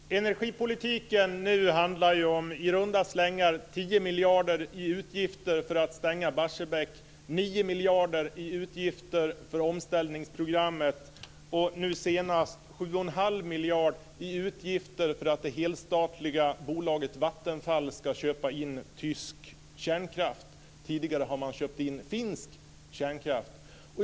Fru talman! Energipolitiken handlar om i runda slängar 10 miljarder i utgifter för att stänga Barsebäck, 9 miljarder i utgifter för omställningsprogrammet, och nu senast 7 1⁄2 miljard i utgifter för att det helstatliga bolaget Vattenfall ska köpa in tysk kärnkraft. Tidigare har man köpt in finsk kärnkraft.